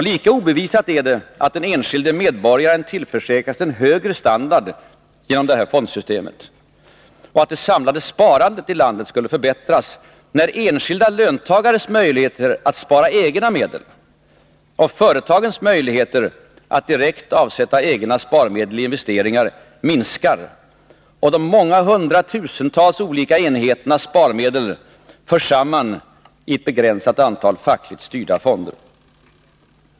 Lika obevisat är det att den enskilde medborgaren tillförsäkras en högre standard genom fondsystemet och att det samlade sparandet i landet skulle förbättras när enskilda löntagares möjligheter att spara egna medel och företagens möjlighet att direkt avsätta egna sparmedel i investeringar minskar. De många hundratusentals olika enheternas sparmedel förs samman i ett begränsat antal fackligt styrda fonder.